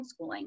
homeschooling